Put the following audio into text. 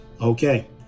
Okay